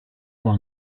blue